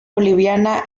boliviana